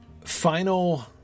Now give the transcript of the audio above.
final